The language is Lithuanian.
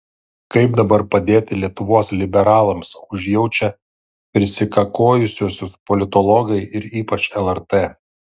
kaip dabar padėti lietuvos liberalams užjaučia prisikakojusiuosius politologai ir ypač lrt